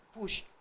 push